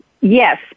Yes